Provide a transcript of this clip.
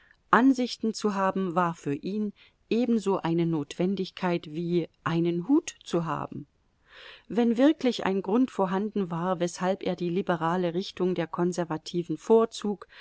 ansichten zu haben war für ihn ebenso eine notwendigkeit wie einen hut zu haben wenn wirklich ein grund vorhanden war weshalb er die liberale richtung der konservativen vorzog